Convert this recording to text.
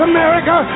America